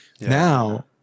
Now